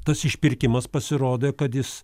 tas išpirkimas pasirodė kad jis